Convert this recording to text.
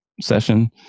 session